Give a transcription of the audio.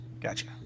Gotcha